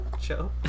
show